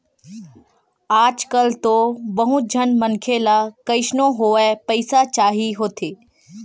आजकल तो बहुत झन मनखे ल कइसनो होवय पइसा चाही होथे